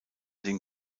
den